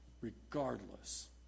regardless